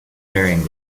burying